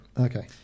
Okay